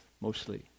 mostly